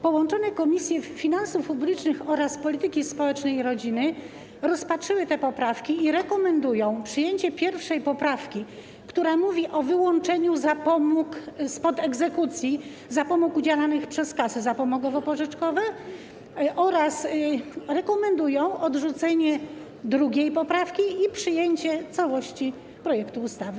Połączone Komisje: Finansów Publicznych oraz Polityki Społecznej i Rodziny rozpatrzyły te poprawki i rekomendują przyjęcie 1. poprawki, która mówi o wyłączeniu spod egzekucji zapomóg udzielanych przez kasy zapomogowo-pożyczkowe, oraz rekomendują odrzucenie 2. poprawki i przyjęcie całości projektu ustawy.